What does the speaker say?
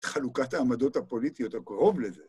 את חלוקת העמדות הפוליטיות או קרוב לזה.